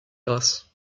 grâce